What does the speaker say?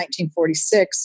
1946